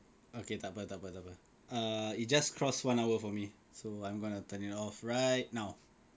okay tak apa tak apa tak apa uh it just crossed one hour for me so I am gonna turn it off right now